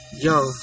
yo